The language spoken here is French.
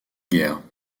guerre